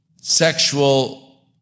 sexual